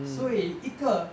所以一个